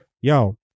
yo